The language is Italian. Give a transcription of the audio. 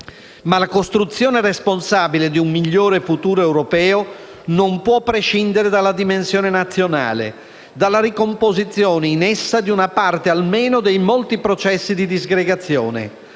Ma la costruzione responsabile di un migliore futuro europeo non può prescindere dalla dimensione nazionale e dalla ricomposizione in essa di una parte almeno dei molti processi di disgregazione.